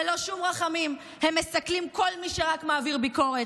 ללא שום רחמים הם מסכלים כל מי שרק מעביר ביקורת,